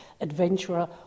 Adventurer